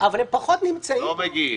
-- הם פחות נמצאים פה.